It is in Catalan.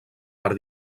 per